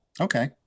Okay